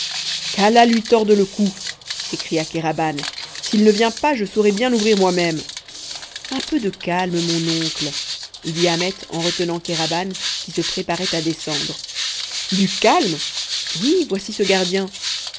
qu'allah lui torde le cou s'écria kéraban s'il ne vient pas je saurai bien ouvrir moi-même un peu de calme mon oncle dit ahmet en retenant kéraban qui se préparait à descendre du calme oui voici ce gardien